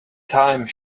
thyme